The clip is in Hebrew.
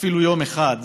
אפילו יום אחד,